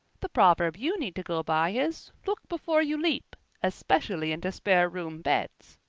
the proverb you need to go by is look before you leap' especially into spare-room beds.